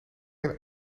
een